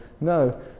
No